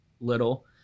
little